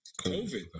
COVID